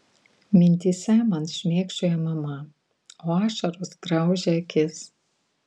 mintyse man šmėkščioja mama o ašaros graužia akis